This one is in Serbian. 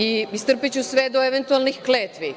Istrpeću sve do eventualnih kletvi.